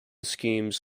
schemes